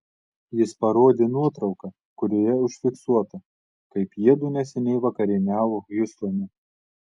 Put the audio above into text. jis parodė nuotrauką kurioje užfiksuota kaip jiedu neseniai vakarieniavo hjustone